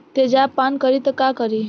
तेजाब पान करी त का करी?